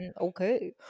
okay